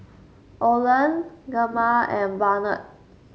Oland Gemma and Barnett